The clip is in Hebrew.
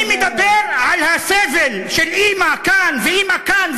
אני מדבר על הסבל של אימא כאן ואימא כאן,